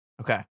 okay